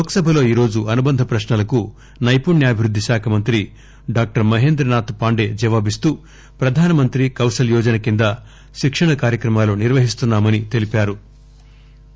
లోక్ సభలో ఈరోజు అనుబంధ ప్రక్నలకు నైపుణ్యాభివృద్ది శాఖ మంత్రి డాక్లర్ మహేంద్రనాథ్ పాండే జవాబిస్తూ ప్రధానమంత్రి కౌశల్ యోజన కింద శిక్షణ కార్యక్రమాలు నిర్వహిస్తున్నా మని తెలిపారు